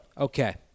Okay